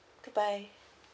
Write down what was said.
goodbye